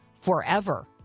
forever